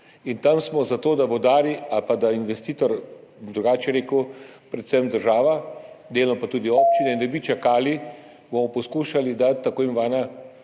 in tam smo zato, da vodarji ali pa investitor, bom drugače rekel, predvsem država, delno pa tudi občine, ne bi čakali, bomo poskušali dati tako imenovana